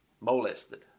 molested